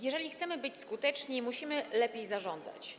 Jeżeli chcemy być skuteczni, musimy lepiej zarządzać.